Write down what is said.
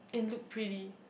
and look pretty